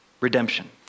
redemption